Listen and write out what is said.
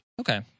Okay